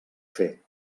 fer